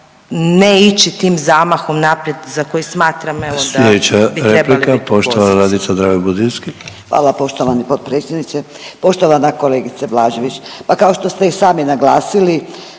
ne ići tim zamahom naprijed za koji smatram da evo da bi trebali …/Govornici